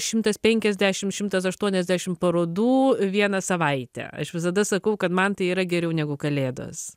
šimtas penkiasdešim šimtas aštuoniasdešim parodų vieną savaitę aš visada sakau kad man tai yra geriau negu kalėdos